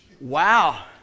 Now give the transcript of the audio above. Wow